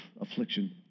affliction